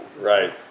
Right